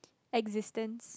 existence